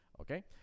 Okay